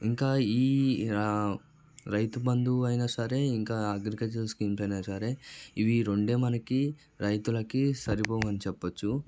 ఇంకా ఈ రా రైతు బంధువైనా సరే ఇంకా అగ్రికల్చర్ స్కీమ్స్ అయినా సరే ఇవి రెండే మనకి రైతులకి సరిపోవని చెప్పవచ్చు